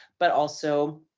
but also,